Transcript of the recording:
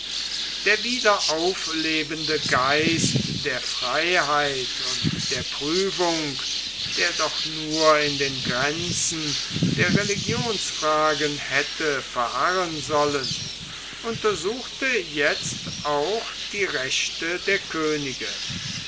der wiederauflebende geist der freiheit und der prüfung der doch nur in den grenzen der religionsfragen hätte verharren sollen untersuchte jetzt auch die rechte der könige